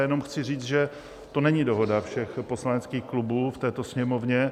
Já jenom chci říct, že to není dohoda všech poslaneckých klubů v této Sněmovně.